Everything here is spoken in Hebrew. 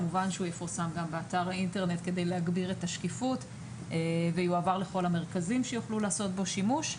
הוא יפורסם באתר האינטרנט ויועבר לכל המרכזים שיוכלו לעשות בו שימוש.